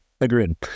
agreed